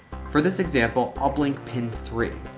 for this example, i'll blink pin three.